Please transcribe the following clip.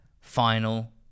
final